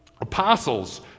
apostles